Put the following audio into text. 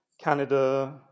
Canada